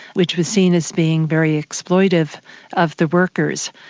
which was seen as being very exploitive of the workers,